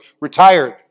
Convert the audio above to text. retired